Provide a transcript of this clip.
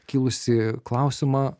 kilusį klausimą